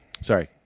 Sorry